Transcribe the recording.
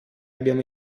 abbiamo